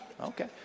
Okay